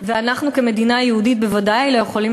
ואנחנו כמדינה יהודית בוודאי לא יכולים